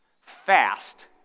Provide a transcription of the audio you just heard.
Fast